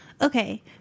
Okay